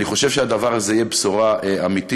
אני חושב שהדבר הזה יהיה בשורה אמיתית